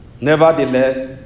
Nevertheless